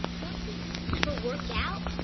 don't you ever work out?